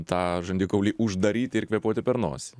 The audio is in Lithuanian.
tą žandikaulį uždaryti ir kvėpuoti per nosį